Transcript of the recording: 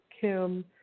Kim